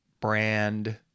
brand